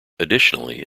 additionally